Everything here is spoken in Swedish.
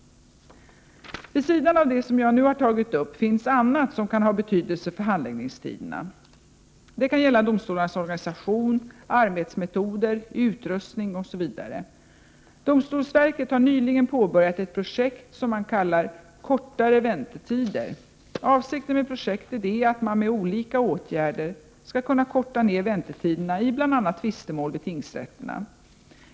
Vid sidan av det som jag nu har tagit upp finns annat som kan ha betydelse för handläggningstiderna. Det kan gälla domstolarnas organisation, arbetsmetoder, utrustning etc. Domstolsverket har nyligen påbörjat ett projekt som man kallar Kortare väntetider. Avsikten med projektet är att man med olika åtgärder skall kunna korta ned väntetiderna i bl.a. tvistemål vid tingsrätterna.